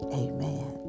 amen